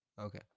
Okay